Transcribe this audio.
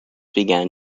began